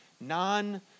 non